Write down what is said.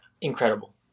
incredible